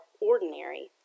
ordinary